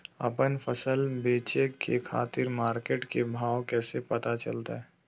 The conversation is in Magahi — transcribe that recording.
आपन फसल बेचे के खातिर मार्केट के भाव कैसे पता चलतय?